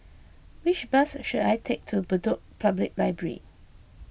which bus should I take to Bedok Public Library